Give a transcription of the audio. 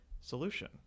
solution